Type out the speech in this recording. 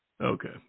Okay